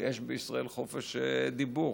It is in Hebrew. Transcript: יש בישראל חופש דיבור.